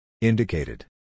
Indicated